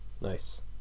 Nice